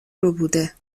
ربوده